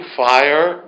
fire